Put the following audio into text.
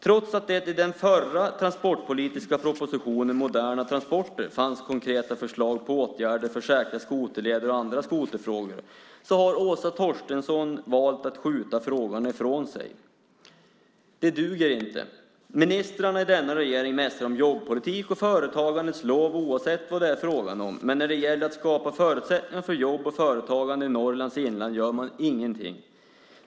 Trots att det i den förra transportpolitiska propositionen Moderna transporter fanns konkreta förslag på åtgärder för säkra skoterleder och andra skoterfrågor har Åsa Torstensson valt att skjuta frågan ifrån sig. Det duger inte. Ministrarna i denna regering mässar om jobbpolitik och företagandets lov oavsett vad det är fråga om. Men när det gäller att skapa förutsättningar för jobb och företagande i Norrlands inland gör man ingenting.